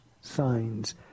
signs